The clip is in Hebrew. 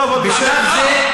בשלב זה,